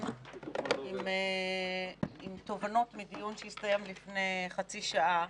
עם תובנות מדיון שהסתיים לפני חצי שעה,